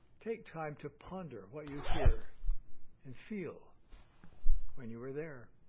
take time to ponder what you hear and feel when you are there.